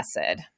acid